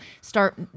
start